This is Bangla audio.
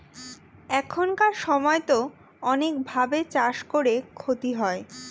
এখানকার সময়তো অনেক ভাবে চাষ করে ক্ষতি হয়